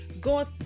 God